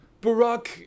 Barack